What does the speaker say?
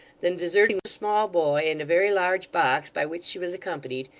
than deserting a small boy and a very large box by which she was accompanied,